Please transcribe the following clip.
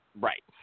Right